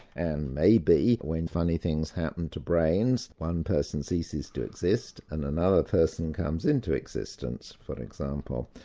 and maybe when funny things happen to brains, one person ceases to exist and another person comes into existence. for example,